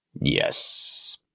Yes